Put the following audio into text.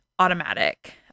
automatic